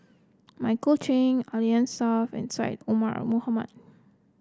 Michael Chiang Alfian Sa'at and Syed Omar Mohamed